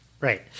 Right